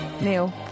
Neil